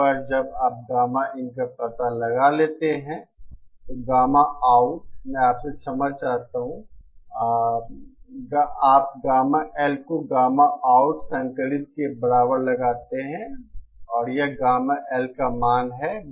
एक बार जब आप गामा इन का पता लगा लेते हैं तो गामा आउट मैं आपसे क्षमा मांगता हूं आप गामा L को गामा आउट संकलित के बराबर लगाते हैं और यह गामा L का मान है